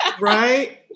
Right